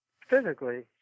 physically